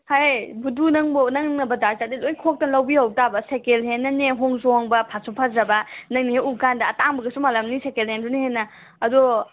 ꯍꯩ ꯕꯨꯙꯨ ꯅꯪꯕꯨ ꯅꯪꯅ ꯕꯖꯥꯔ ꯆꯠꯂꯗꯤ ꯂꯣꯏꯅ ꯈꯣꯛꯇꯅ ꯂꯧꯕꯤꯍꯧꯇꯥꯕ ꯁꯦꯀꯦꯟ ꯍꯦꯟꯅꯅꯦ ꯍꯣꯡꯁꯨ ꯍꯣꯡꯕ ꯐꯁꯨ ꯐꯖꯕ ꯅꯪꯅ ꯍꯦꯛ ꯎ ꯀꯥꯟꯗ ꯑꯇꯥꯡꯕꯒꯁꯨ ꯃꯥꯜꯂꯝꯅꯤ ꯁꯦꯀꯦꯟ ꯍꯦꯟꯗꯨꯅ ꯍꯦꯟꯅ ꯑꯗꯣ